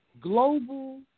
Global